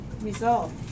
result